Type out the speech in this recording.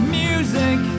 music